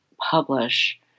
publish